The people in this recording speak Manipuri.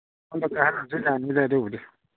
ꯌꯥꯅꯤꯗ ꯑꯗꯨꯕꯨꯗꯤ